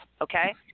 Okay